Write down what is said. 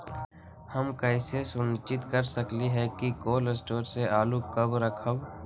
हम कैसे सुनिश्चित कर सकली ह कि कोल शटोर से आलू कब रखब?